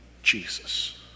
Jesus